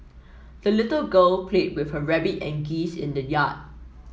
the little girl played with her rabbit and geese in the yard